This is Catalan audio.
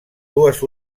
dues